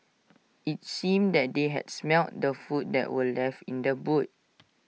IT seemed that they had smelt the food that were left in the boot